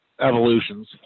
Evolutions